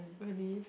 really